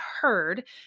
heard